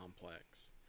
complex